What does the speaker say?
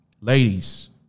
Ladies